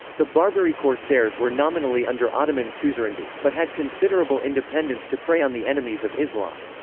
the barbary corsairs were nominally under ottoman suzerainty, but had considerable independence to prey on the enemies of islam.